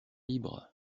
libre